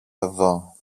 εδώ